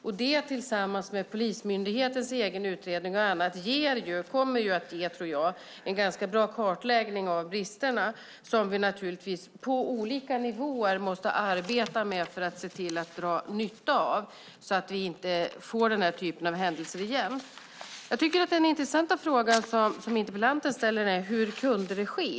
Detta tillsammans med polismyndighetens egen utredning och annat tror jag kommer att ge en ganska bra kartläggning av bristerna, som vi naturligtvis på olika nivåer måste arbeta med och dra nytta av, så att vi inte får den här typen av händelser igen. Jag tycker att den intressanta frågan som interpellanten ställer är: Hur kunde det ske?